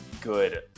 good